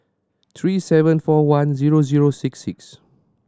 three seven four one zero zero six six